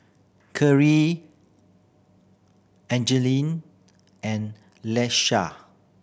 Kyrie Angeline and Leisha